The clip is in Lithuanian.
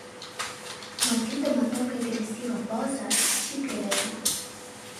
matydama tokią agresyvią pozą šyptelėjau